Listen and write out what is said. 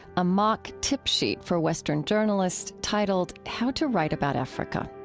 a mock tip sheet for western journalists titled how to write about africa.